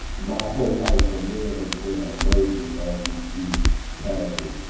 my whole life from there has been a merging of these two passions.